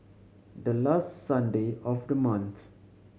the last Sunday of the month